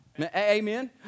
amen